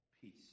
peace